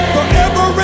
Forever